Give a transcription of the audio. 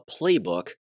playbook